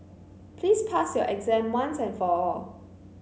please pass your exam once and for all